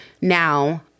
now